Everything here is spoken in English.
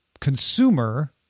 consumer